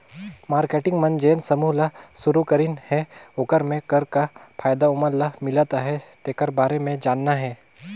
marketing मन जेन समूह ल सुरूकरीन हे ओखर मे कर का फायदा ओमन ल मिलत अहे तेखर बारे मे जानना हे